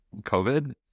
COVID